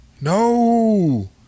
No